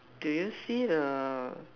do you see the